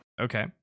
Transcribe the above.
Okay